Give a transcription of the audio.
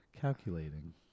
calculating